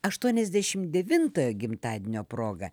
aštuoniasdešim devintojo gimtadienio proga